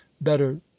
better